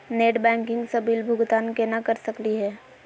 Net banking स bill भुगतान केना कर सकली हे?